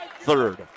third